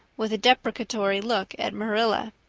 with a deprecatory look at marilla.